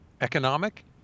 economic